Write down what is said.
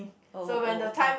oh oh okay